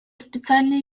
специальные